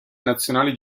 nazionali